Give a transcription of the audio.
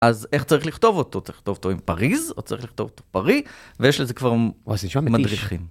אז איך צריך לכתוב אותו? צריך לכתוב אותו עם פריז, או צריך לכתוב אותו פרי, ויש לזה כבר מדריכים.